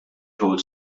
told